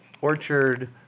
orchard